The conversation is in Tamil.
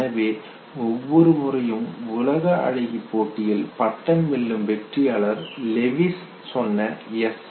எனவே ஒவ்வொரு முறையும் உலக அழகிப்போட்டியில் பட்டம் வெல்லும் வெற்றியாளர் லெவிஸ் சொன்ன எஸ்